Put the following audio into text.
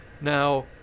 Now